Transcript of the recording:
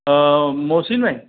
મહોસીનભાઈ